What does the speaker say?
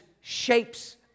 shapes